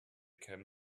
can